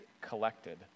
collected